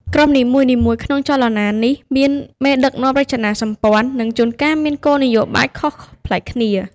ក្រុមនីមួយៗក្នុងចលនានេះមានមេដឹកនាំ រចនាសម្ព័ន្ធ និងជួនកាលមានគោលនយោបាយខុសប្លែកគ្នា។